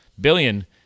billion